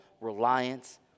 reliance